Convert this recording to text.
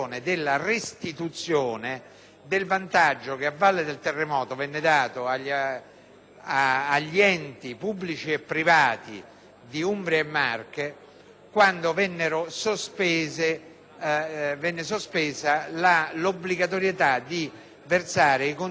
del vantaggio che, a valle del terremoto, venne riconosciuto agli enti pubblici e privati di Umbria e Marche, quando venne sospesa l'obbligatorietà di versare i contributi